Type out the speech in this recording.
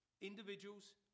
individuals